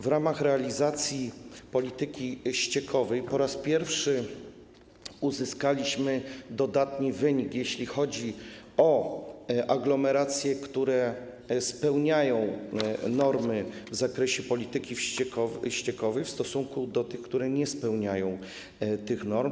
W ramach realizacji polityki ściekowej po raz pierwszy uzyskaliśmy dodatni wynik, jeśli chodzi o liczbę aglomeracji, które spełniają normy w zakresie polityki ściekowej w stosunku do liczby tych, które nie spełniają tych norm.